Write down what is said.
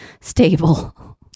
stable